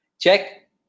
Check